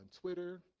Twitter